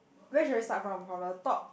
where should I start from from the top